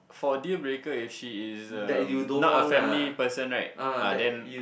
for deal breaker if she is um not a family person right ah then